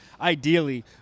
Ideally